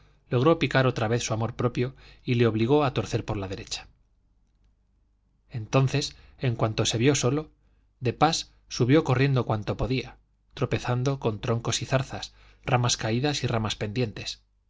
logró picar otra vez su amor propio y le obligó a torcer por la derecha entonces en cuanto se vio solo de pas subió corriendo cuanto podía tropezando con troncos y zarzas ramas caídas y ramas pendientes